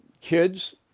kids